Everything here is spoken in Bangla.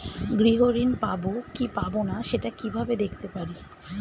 গৃহ ঋণ পাবো কি পাবো না সেটা কিভাবে দেখতে পারি?